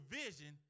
vision